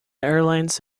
airlines